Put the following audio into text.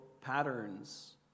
patterns